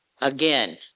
Again